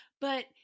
but-